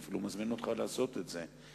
אני אפילו מזמין אותך לעשות את זה,